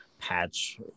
patch